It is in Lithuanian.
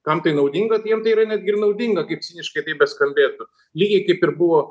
kam tai naudinga tai jiem tai yra netgi naudinga kaip ciniškai tai beskambėtų lygiai kaip ir buvo